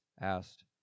asked